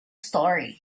story